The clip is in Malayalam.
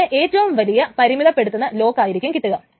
അതിന് ഏറ്റവും വലിയ പരിമിതപ്പെടുത്തുന്ന ലോക്കായിരിക്കും കിട്ടുക